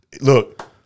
Look